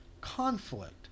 conflict